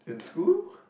in school